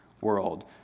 world